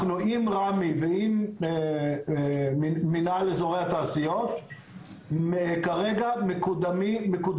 אנחנו עם רמ"י ועם מנהל אזורי התעשיות כרגע מקודמות